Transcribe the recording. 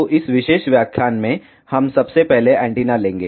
तो इस विशेष व्याख्यान में हम सबसे पहले एंटीना लेंगे